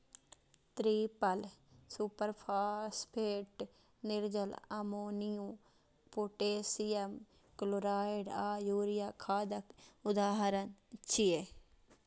triple superphosphate, निर्जल ammonia, potassium chloride आ urea खादक उदाहरण छियै